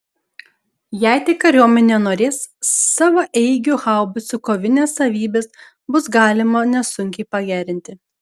jei tik kariuomenė norės savaeigių haubicų kovinės savybės bus galima nesunkiai pagerinti